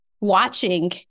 watching